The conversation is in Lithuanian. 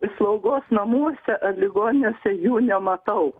slaugos namuose ar ligoninėse jų nematau